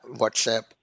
WhatsApp